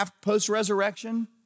post-resurrection